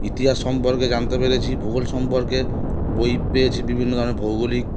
ইতিহাস সম্পর্কে জানতে পেরেছি ভূগোল সম্পর্কে বই পেয়েছি বিভিন্ন ধরনের ভৌগোলিক